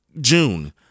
June